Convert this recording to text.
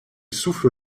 souffle